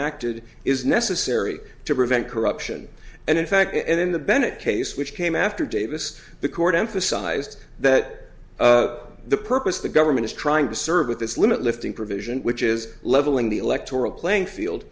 acted is necessary to prevent corruption and in fact and in the bennett case which came after davis the court emphasized that the purpose of the government is trying to serve with its limit lifting provision which is leveling the electoral playing field